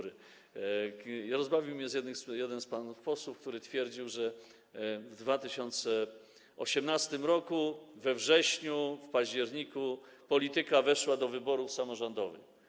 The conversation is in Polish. Rozbawił mnie jeden z panów posłów, który twierdził, że w 2018 r. we wrześniu, w październiku polityka weszła do wyborów samorządowych.